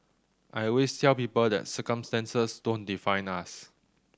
I always cell people that circumstances don't define us